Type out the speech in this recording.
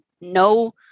no